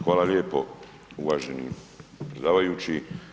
Hvala lijepo uvaženi predsjedavajući.